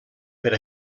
per